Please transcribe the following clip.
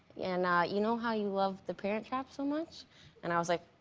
and you know how you love the parent trap so much and i was like,